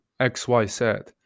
xyz